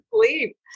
sleep